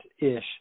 Ish